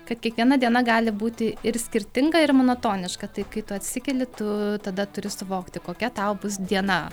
kad kiekviena diena gali būti ir skirtinga ir monotoniška tai kai tu atsikeli tu tada turi suvokti kokia tau bus diena